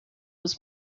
was